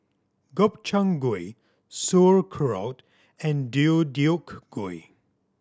Gobchang Gui Sauerkraut and Deodeok Gui